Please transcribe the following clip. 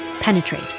penetrate